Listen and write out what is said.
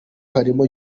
harimo